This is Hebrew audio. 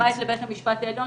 חוץ מבית המשפט העליון,